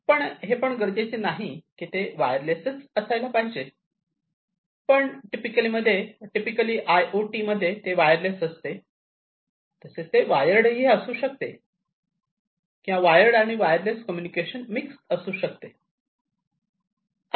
पण हे गरजेचे नाही की ते वायरलेस असायला पाहिजे पण टिपिकली आय ओ टी मध्ये ते वायर लेस असते पण ते वायर्ड ही असू शकते किंवा ते वायर्ड आणि वायरलेस कम्युनिकेशन मिक्स असू शकते